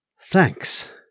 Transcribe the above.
thanks